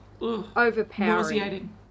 overpowering